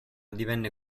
divenne